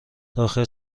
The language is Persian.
داخل